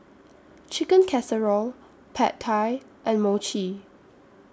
Chicken Casserole Pad Thai and Mochi